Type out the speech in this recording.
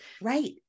Right